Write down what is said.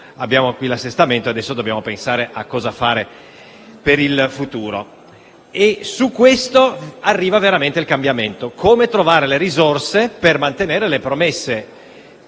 abbiamo l'assestamento e dobbiamo pensare cosa fare per il futuro. Qui arriva veramente il cambiamento: come trovare le risorse per mantenere le promesse